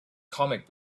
comic